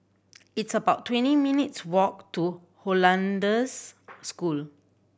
it's about twenty minutes' walk to Hollandse School